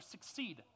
succeed